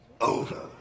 over